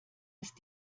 ist